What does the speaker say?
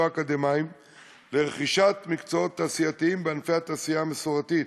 אקדמיים לרכישת מקצועות תעשייתיים בענפי התעשייה המסורתית,